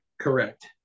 Correct